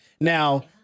Now